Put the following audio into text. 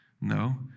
No